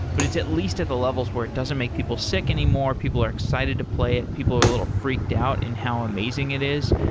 but it's at least at the levels where it doesn't make people sick anymore, people are excited to play it, people are a little freaked out in how amazing it is.